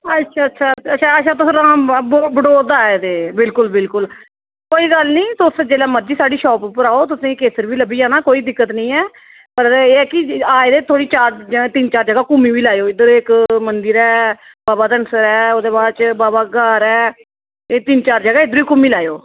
अच्छा अच्छा अच्छा तुस रामनगर बटोत दा आए दे बिलकुल बिलकुल कोई गल्ल नी तुस जेल्लै मर्ज़ी साढ़ी शॉप उप्पर आओ तुसें गी केसर बी लब्भी जाना कोई दिक्कत नी ऐ पर एह् ऐ कोई आए दे थोह्ड़े तिन्न चार जगह् घूमी बी लैओ इद्धर इक मंदर ऐ बाबा धनसर ऐ ते ओह्दे बाद च बाबा घार ऐ ते तिन्न चार जगह् इद्धर बी घूमी लैओ